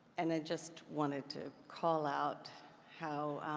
and i just wanted to call out how